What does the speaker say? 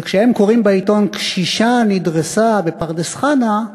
שכשהם קוראים בעיתון "קשישה נדרסה בפרדס-חנה"